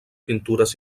pintures